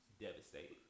devastating